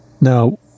Now